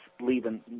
leaving